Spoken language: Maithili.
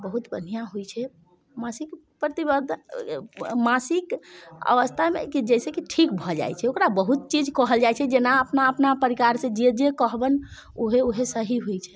बहुत बढ़िआँ होइत छै मासिक प्रति मासिक अवस्थामे कि जैसेकि ठीक भऽ जाइत छै ओकरा बहुत चीज कहल जाइत छै जेना अपना अपना प्रकारसँ जे जे कहबनि उएह उएह सही होइत छै